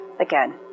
again